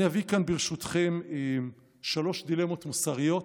אני אביא כאן, ברשותכם, שלוש דילמות מוסריות